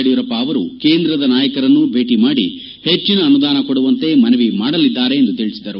ಯಡಿಯೂರಪ್ಪ ಅವರು ಕೇಂದ್ರದ ನಾಯಕರನ್ನು ಭೇಟಿ ಮಾಡಿ ಹೆಜ್ಜಿನ ಅನುದಾನ ಕೊಡುವಂತೆ ಮನವಿ ಮಾಡಲಿದ್ದಾರೆ ಎಂದು ತಿಳಿಸಿದರು